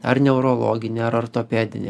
ar neurologinė ar ortopedinė